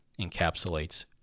encapsulates